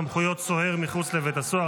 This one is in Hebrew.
(סמכויות סוהר מחוץ לבית סוהר),